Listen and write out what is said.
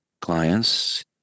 clients